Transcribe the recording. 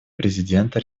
президента